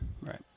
right